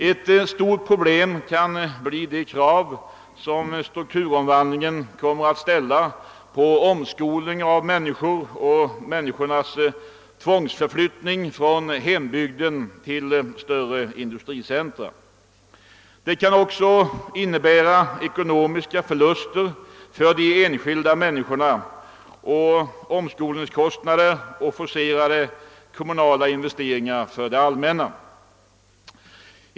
Ett stort problem kan bli de krav som strukturomvandlingen kommer att ställa på omskolning av arbetskraften och människornas tvångsförflyttning från hembygden till större industricentra. Det kan innebära ekonomiska förluster för de enskilda människorna och omskolningskostnader och forcerade kommunala investeringar för det allmänna.